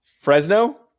Fresno